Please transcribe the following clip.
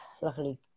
luckily